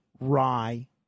rye